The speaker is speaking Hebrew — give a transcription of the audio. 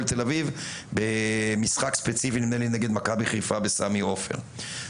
ת"א במשחק ספציפי נגד מכבי חיפה בסמי עופר.